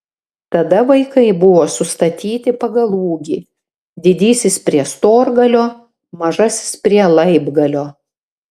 tada vaikai buvo sustatyti pagal ūgį didysis prie storgalio mažasis prie laibgalio